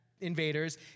invaders